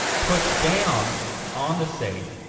push down on the safe,